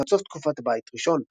לקראת סוף תקופת בית ראשון.